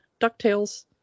DuckTales